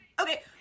Okay